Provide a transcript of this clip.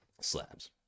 Slabs